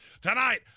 tonight